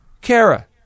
Kara